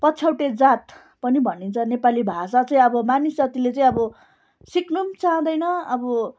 पछौटे जात पनि भनिन्छ नेपाली भाषा चाहिँ अब मानिसजातिले चाहिँ अब सिक्नु पनि चाहँदैन अब